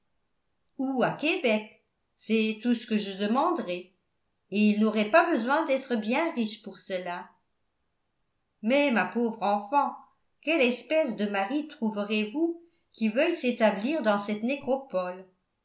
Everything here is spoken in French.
ou à québec c'est tout ce que je demanderais et il n'aurait pas besoin d'être bien riche pour cela mais ma pauvre enfant quelle espèce de mari trouverez-vous qui veuille s'établir dans cette nécropole